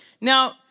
Now